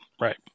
Right